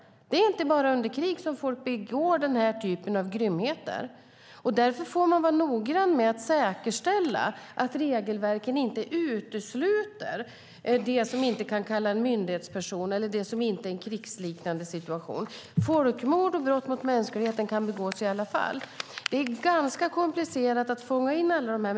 Det är inte bara under krig som folk begår den här typen av grymheter. Därför får man vara noggrann med att säkerställa att regelverken inte utesluter det som inte kan kallas för en myndighetsperson eller det som inte är en krigsliknande situation. Folkmord och brott mot mänskligheten kan begås i alla fall. Det är ganska komplicerat att fånga in allt detta.